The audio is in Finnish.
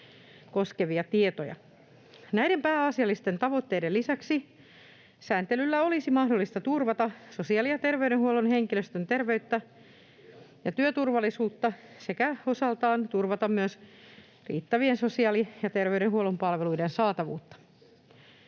koskevia tietoja. Näiden pääasiallisten tavoitteiden lisäksi sääntelyllä olisi mahdollista turvata sosiaali‑ ja terveydenhuollon henkilöstön terveyttä ja työturvallisuutta sekä osaltaan turvata myös riittävien sosiaali‑ ja terveydenhuollon palveluiden saatavuutta.